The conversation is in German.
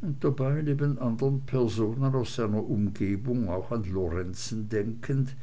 und dabei neben andren personen aus seiner umgebung auch an lorenzen denkend